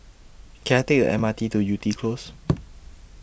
Can I Take The M R T to Yew Tee Close